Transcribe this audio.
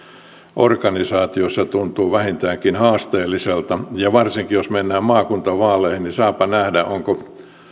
organisaatiossa tuntuu vähintäänkin haasteelliselta ja varsinkin jos mennään maakuntavaaleihin niin saapa nähdä onko